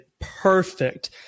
perfect